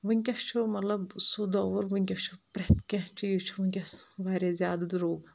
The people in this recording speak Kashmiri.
وٕنکیٚس چھُ مطلب سُہ دور وٕنکیٚس چھُ پرٛؠتھ کینٛہہ چیٖز چھُ وٕنکیٚس واریاہ زیادٕ درٛوگ